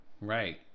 Right